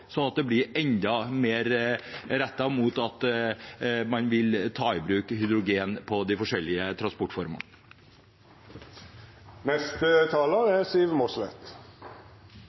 sånn at det går enda mer i retning av at man vil ta i bruk hydrogen på de forskjellige transportformene. Hydrogen kan produseres billigere enn diesel, det er